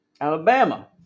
alabama